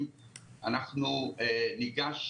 אנחנו קיבלנו